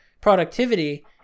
productivity